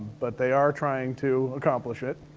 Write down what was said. but they are trying to accomplish it.